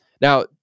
Now